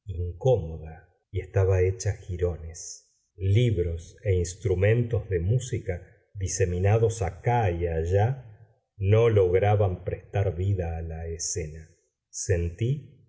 incómoda y estaba hecha girones libros e instrumentos de música diseminados acá y allá no lograban prestar vida a la escena sentí